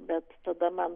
bet tada man